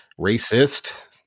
racist